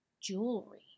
jewelry